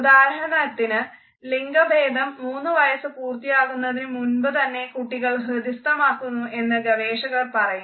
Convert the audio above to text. ഉദാഹരണത്തിന് ലിംഗഭേദം മൂന്ന് വയസ്സ് പൂർത്തിയാകുന്നതിനു മുൻപുതന്നെ കുട്ടികൾ ഹൃദിസ്ഥമാക്കുന്നു എന്ന് ഗവേഷകർ പറയുന്നു